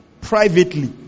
privately